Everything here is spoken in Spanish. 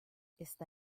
está